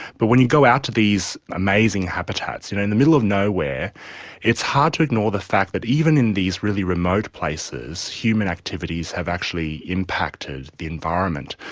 but when you go out to these amazing habitats and you know in the middle of nowhere it's hard to ignore the fact that even in these really remote places, human activities have actually impacted the environment.